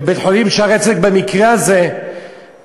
ובבית-החולים "שערי צדק" במקרה הזה,